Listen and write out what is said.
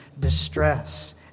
distress